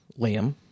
Liam